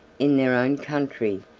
in their own country,